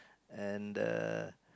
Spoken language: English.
and uh